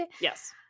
Yes